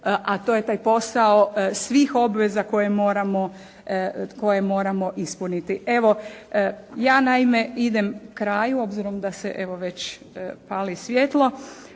a to je taj posao svih obveza koje moramo ispuniti. Evo, ja naime idem kraju obzirom da se evo već pali svijetlo.